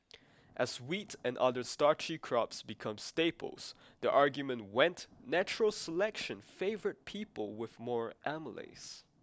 as wheat and other starchy crops became staples the argument went natural selection favoured people with more amylase